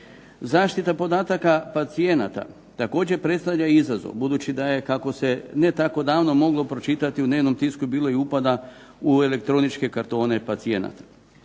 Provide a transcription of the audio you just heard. Zaštita podataka pacijenata, također predstavlja izazov, budući da je kako se ne tako davno moglo pročitati u dnevnom tisku bilo i upada u elektroničke kartone pacijenata.